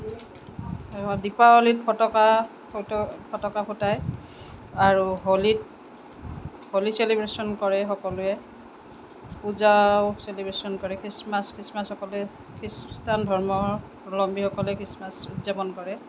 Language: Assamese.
দীপাৱলীত ফটকা ফটকা ফুটাই আৰু হোলীত হোলী চেলিব্ৰেচন কৰে সকলোৱে পূজাও চেলিব্ৰেচন কৰে খ্ৰীষ্টমাছ খ্ৰীষ্টমাছ সকলোৱে খ্ৰীষ্টান ধৰ্ম ধৰ্মাৱলম্বীসকলে খ্ৰীষ্টমাছ উদযাপন কৰে